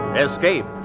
Escape